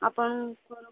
ଆପଣଙ୍କର